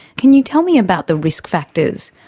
can you tell me about the risk factors,